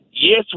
Yes